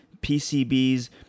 PCBs